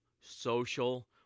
social